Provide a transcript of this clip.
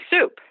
soup